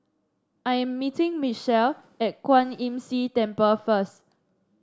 I am meeting Mitchell at Kwan Imm See Temple first